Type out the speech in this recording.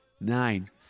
nine